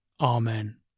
Amen